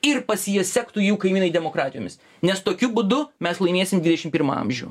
ir pas jas sektų jų kaimynai demokratijomis nes tokiu būdu mes laimėsim dvidešim pirmą amžių